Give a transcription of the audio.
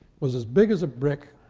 was as big as a brick,